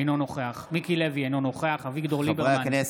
אינו נוכח מיקי לוי, אינו נוכח חברי הכנסת,